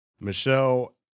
Michelle